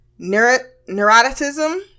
neuroticism